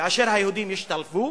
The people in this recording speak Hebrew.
כאשר היהודים השתלבו,